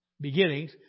beginnings